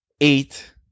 eight